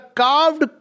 carved